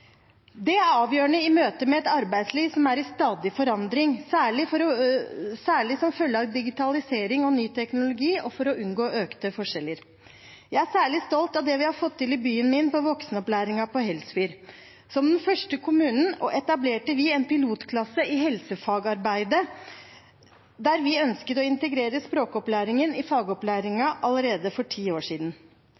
Det er avgjørende i møte med et arbeidsliv som er i stadig forandring, særlig som følge av digitalisering og ny teknologi, og for å unngå økte forskjeller. Jeg er særlig stolt av det vi har fått til i byen min på voksenopplæringen på Helsfyr. Som første kommune etablerte vi allerede for ti år siden en pilotklasse i helsefagarbeid, der vi ønsket å integrere språkopplæring i